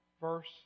verse